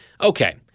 Okay